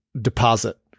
deposit